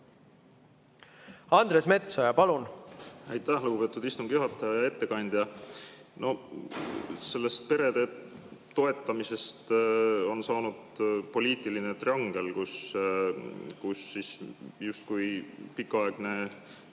Andres Metsoja, palun!